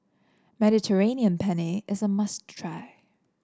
Mediterranean Penne is a must try